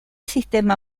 sistema